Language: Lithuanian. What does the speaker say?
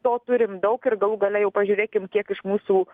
to turim daug ir galų gale jau pažiūrėkim kiek iš mūsų